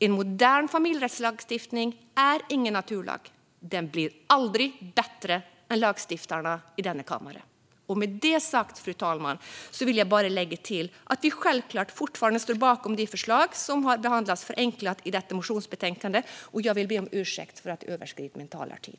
En modern familjerättslagstiftning är ingen naturlag. Den blir aldrig bättre än lagstiftarna i denna kammare. Med detta sagt, fru talman, vill jag bara lägga till att vi självklart fortfarande står bakom de förslag som har behandlats förenklat i detta motionsbetänkande. Och jag vill be om ursäkt för att jag överskridit min talartid.